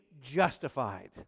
justified